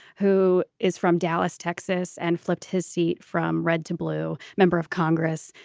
who is from dallas, texas, and flipped his seat from red to blue member of congress.